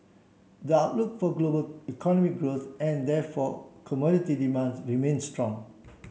the outlook for global economic growth and therefore commodity demands remain strong